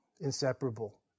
Inseparable